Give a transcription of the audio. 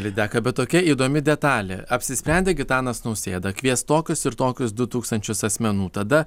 lydeka bet tokia įdomi detalė apsisprendė gitanas nausėda kvies tokius ir tokius du tūkstančius asmenų tada